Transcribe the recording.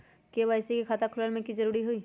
KYC के खाता खुलवा में की जरूरी होई?